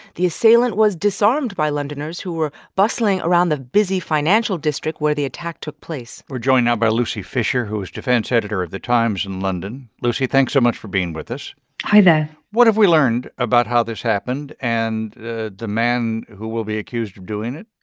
the assailant was disarmed by londoners who were bustling around the busy financial district where the attack took place we're joined now by lucy fisher, who is defense editor of the times in london. lucy, thanks so much for being with us hi there what have we learned about how this happened and the the man who will be accused of doing it?